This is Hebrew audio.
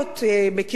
מקימים משפחה,